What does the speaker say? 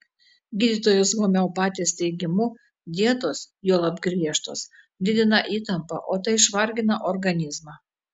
gydytojos homeopatės teigimu dietos juolab griežtos didina įtampą o tai išvargina organizmą